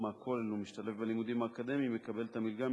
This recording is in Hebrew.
מהכולל ומשתלב בלימודים האקדמיים יקבל את המלגה,